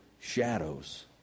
shadows